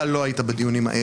אתה לא היית בדיונים האלה.